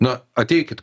na ateikit